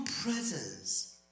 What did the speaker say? presence